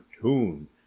tune